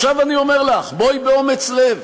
עכשיו אני אומר לך, בואי באומץ לב,